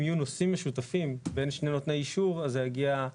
אם יהיו נושאים משותפים בין שני נותני אישור אז זה יגיע.